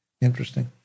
Interesting